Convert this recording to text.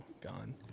gone